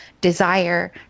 desire